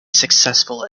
successful